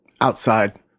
outside